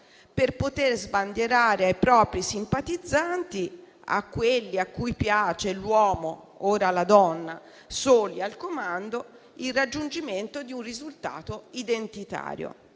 per poter sbandierare ai propri simpatizzanti, a quelli a cui piace l'uomo e ora la donna soli al comando, il raggiungimento di un risultato identitario.